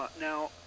Now